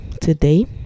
today